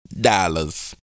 dollars